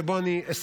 ובו אני אסיים,